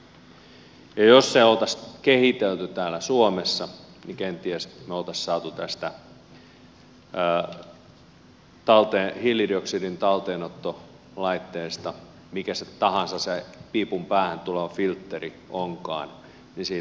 ja jos se olisi kehitelty täällä suomessa niin kenties me olisimme saaneet tästä hiilidioksidin talteenottolaitteesta mikä tahansa se piipun päähän tuleva filtteri onkaan vientituotteen